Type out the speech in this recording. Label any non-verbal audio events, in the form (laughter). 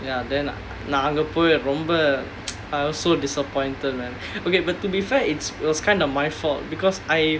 ya then நான் அங்க போயி ரொம்ப:naan anga poi romba (noise) I was so disappointed man okay but to be fair it's was kind of my fault because I